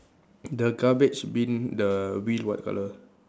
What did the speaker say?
the garbage bin the wheel what color